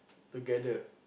together